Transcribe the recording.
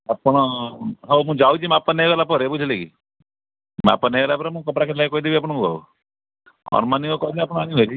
ଆପଣ ହଉ ମୁଁ ଯାଉଛି ମାପ ନେଇଗଲା ପରେ ବୁଝିଲେ କି ମାପ ନେଇଗଲା ପରେ ମୁଁ କପଡ଼ା କେତେ କହିଦେବି ଆପଣଙ୍କୁ ଆଉ ଅନୁମାନିକ କହିଲେ ଆପଣ ଆଣିବେ